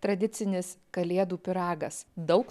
tradicinis kalėdų pyragas daug